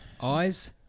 eyes